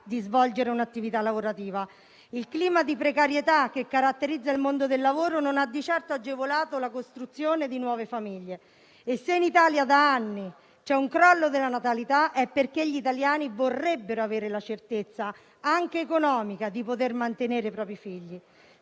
di svolgere un'attività lavorativa. Il clima di precarietà che caratterizza il mondo del lavoro non ha di certo agevolato la costruzione di nuove famiglie e se in Italia da anni c'è un crollo della natalità, è perché gli italiani vorrebbero avere la certezza, anche economica, di poter mantenere i propri figli